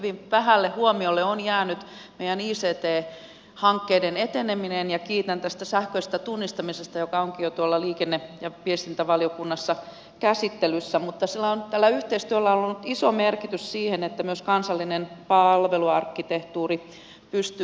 hyvin vähälle huomiolle on jäänyt meidän ict hankkeidemme eteneminen ja kiitän tästä sähköisestä tunnistamisesta joka onkin jo liikenne ja viestintävaliokunnassa käsittelyssä mutta tällä yhteistyöllä on ollut iso merkitys siihen että myös kansallinen palveluarkkitehtuuri pystyy etenemään